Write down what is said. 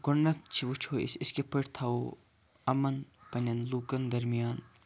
گۄڈٕنیٚتھ وٕچھو أسۍ أسۍ کِتھ پٲٹھ تھاوو یِمَن پَننٮ۪ن لُکَن دَرمِیان